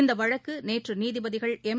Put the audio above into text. இந்தவழக்குநேற்றுநீதிபதிகள் M